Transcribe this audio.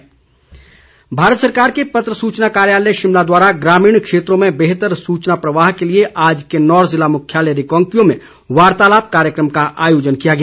वार्तालाप भारत सरकार के पत्र सूचना कार्यालय शिमला द्वारा ग्रामीण क्षेत्रों में बेहतर सूचना प्रवाह के लिए आज किन्नौर ज़िला मुख्यालय रिकांगपिओ में वार्तालाप कार्यक्रम का आयोजन किया गया